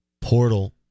Portal